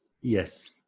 yes